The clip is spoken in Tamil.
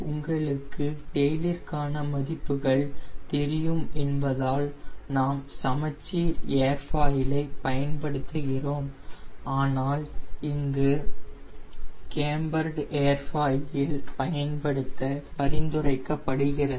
உங்களுக்கு டெய்லிற்கான மதிப்புகள் தெரியும் என்பதால் நாம் சமச்சீர் ஏர்ஃபாயில் ஐ பயன்படுத்துகிறோம் ஆனால் இங்கு கேம்பர்டு ஏர்ஃபாயில் பயன்படுத்த பரிந்துரைக்கப்படுகிறது